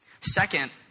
Second